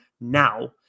now